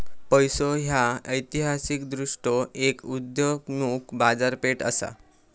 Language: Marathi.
पैसो ह्या ऐतिहासिकदृष्ट्यो एक उदयोन्मुख बाजारपेठ असा